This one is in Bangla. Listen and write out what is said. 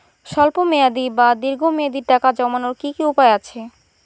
স্বল্প মেয়াদি বা দীর্ঘ মেয়াদি টাকা জমানোর কি কি উপায় আছে?